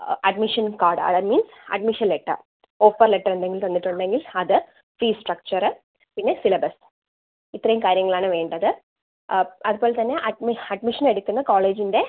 admission card അത് means admission letter offer letter എന്തെങ്കിലും തന്നിട്ടുണ്ടെങ്കിൽ അത് ഫീ സ്ട്രക്ച്ചറ് പിന്നെ സിലബസ് ഇത്രയും കാര്യങ്ങളാണ് വേണ്ടത് അതുപോലെ തന്നെ അഡ്മിഷൻ എടുക്കുന്ന കോളേജിൻ്റെ